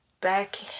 back